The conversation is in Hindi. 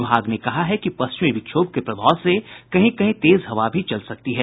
विभाग ने कहा है कि पश्चिमी विक्षोभ के प्रभाव से कहीं कहीं तेज हवा भी चल सकती है